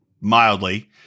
mildly